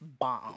bomb